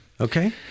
Okay